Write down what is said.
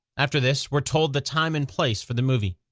after this, we're told the time and place for the movie.